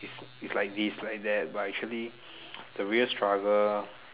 its its like this like that but actually the real struggle